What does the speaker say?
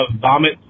vomit